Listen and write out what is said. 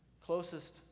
closest